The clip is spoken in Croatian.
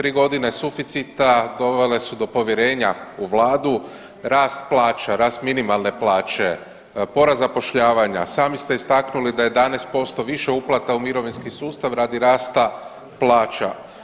3 godine suficita dovele su do povjerenja u vladu, rast plaća, rast minimalne plaće, porast zapošljavanja, sami ste istaknuli da je 11% više uplata u mirovinski sustava radi rasta plaća.